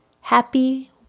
happy